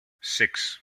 six